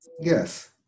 Yes